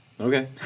Okay